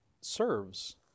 serves